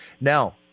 Now